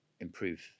improve